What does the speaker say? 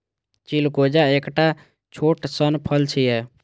चिलगोजा एकटा छोट सन फल छियै